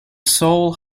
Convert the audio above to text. sole